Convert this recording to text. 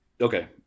Okay